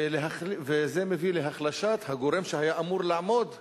וזה מביא להחלשת הגורם שהיה אמור לעמוד בפני,